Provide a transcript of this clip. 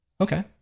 Okay